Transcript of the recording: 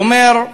הוא אומר: